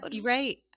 Right